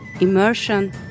immersion